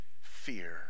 fear